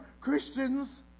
Christians